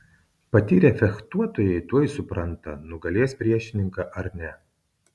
patyrę fechtuotojai tuoj supranta nugalės priešininką ar ne